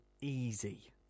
easy